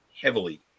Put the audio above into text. heavily